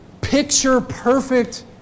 picture-perfect